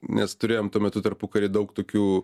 nes turėjom tuo metu tarpukary daug tokių